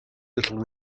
little